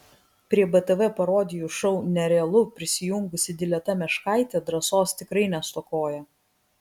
prie btv parodijų šou nerealu prisijungusi dileta meškaitė drąsos tikrai nestokoja